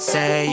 Say